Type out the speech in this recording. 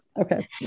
Okay